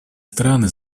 страны